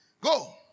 Go